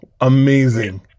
Amazing